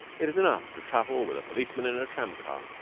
it is enough to travel with a policeman in a tram-car,